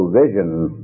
vision